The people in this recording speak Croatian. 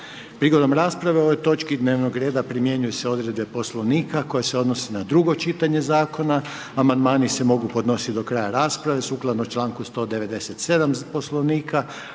Prigodom rasprave o ovoj točki dnevnog reda primjenjuju se odredbe poslovnika, koje se odnosi na drugo čitanje zakona, amandmane se mogu podnositi na kraju rasprave sukladno članku 197. poslovnika.